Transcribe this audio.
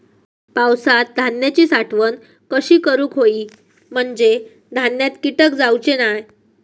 पावसात धान्यांची साठवण कशी करूक होई म्हंजे धान्यात कीटक जाउचे नाय?